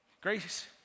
Grace